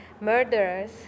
murderers